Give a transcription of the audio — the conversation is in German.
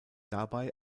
dabei